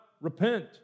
repent